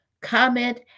comment